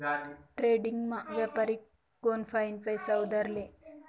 डेट्रेडिंगमा व्यापारी कोनफाईन पैसा उधार ले